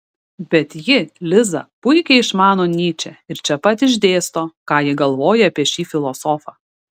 bet ji liza puikiai išmano nyčę ir čia pat išdėsto ką ji galvoja apie šį filosofą